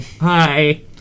Hi